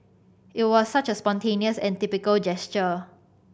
it was such a spontaneous and typical gesture